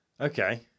Okay